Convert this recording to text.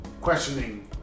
questioning